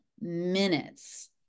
minutes